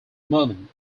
moment